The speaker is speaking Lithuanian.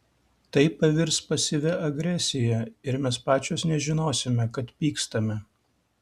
tai pavirs pasyvia agresija ir mes pačios nežinosime kad pykstame